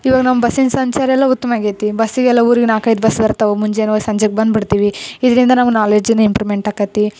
ಇವಾಗ ನಮ್ಮ ಬಸ್ಸಿನ ಸಂಚಾರ ಎಲ್ಲ ಉತ್ತಮ ಆಗೈತೆ ಬಸ್ಸಿಗೆಲ್ಲ ಊರಿಗೆ ನಾಲ್ಕು ಐದು ಬಸ್ ಬರ್ತಾವೆ ಮುಂಜಾನೆ ಹೋಗ್ ಸಂಜೆಗೆ ಬಂದು ಬಿಡ್ತೀವಿ ಇದರಿಂದ ನಾವು ನಾಲೇಜನ್ನ ಇಂಪ್ರೂವ್ಮೆಂಟ್ ಆಕತೆ